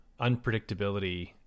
unpredictability